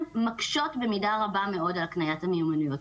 מקשות במידה רבה מאוד על הקניית המיומנויות,